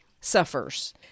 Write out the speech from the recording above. suffers